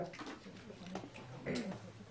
הישיבה ננעלה בשעה 14:00.